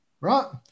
right